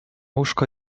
łóżko